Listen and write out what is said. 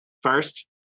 First